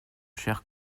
cher